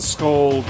Skull